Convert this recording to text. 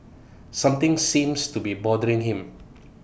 something seems to be bothering him